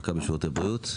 ממכבי שירותי בריאות.